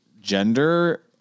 gender